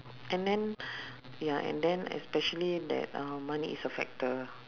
and then ya and then especially that uh money is a factor